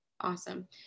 Awesome